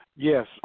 Yes